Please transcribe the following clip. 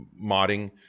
modding